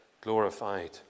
glorified